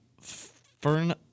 Fern